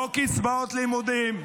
לא קצבאות לימודים,